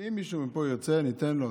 אם מישהו מפה ירצה, אתן לו.